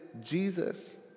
Jesus